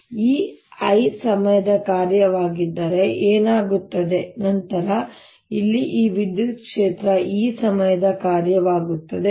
ಆದ್ದರಿಂದ ಈ I ಸಮಯದ ಕಾರ್ಯವಾಗಿದ್ದರೆ ಏನಾಗುತ್ತದೆ ನಂತರ ಇಲ್ಲಿ ಈ ವಿದ್ಯುತ್ ಕ್ಷೇತ್ರ E ಸಮಯದ ಕಾರ್ಯವಾಗುತ್ತದೆ